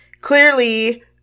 Clearly